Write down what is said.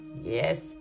yes